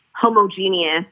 homogeneous